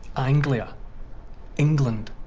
anglia england.